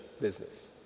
business